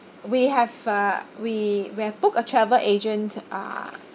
we have uh we we have booked a travel agent uh